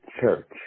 church